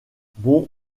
bon